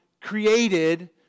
created